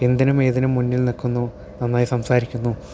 എന്തിനും ഏതിനും മുന്നിൽ നിൽക്കുന്നു നന്നായി സംസാരിക്കുന്നു